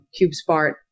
CubeSmart